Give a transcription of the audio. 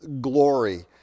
glory